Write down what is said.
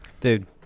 Dude